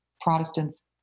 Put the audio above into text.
protestants